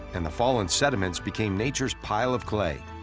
and the fallen sediments became nature's pile of clay.